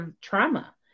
trauma